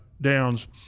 Downs